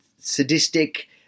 sadistic